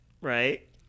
right